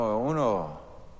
Uno